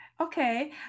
Okay